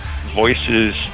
voices